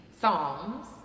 psalms